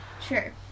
Sure